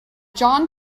john